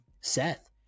Seth